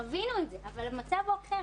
חווינו את זה אבל המצב הוא אחר.